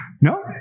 No